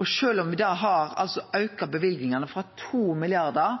Og sjølv om me har auka løyvingane frå